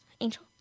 Angel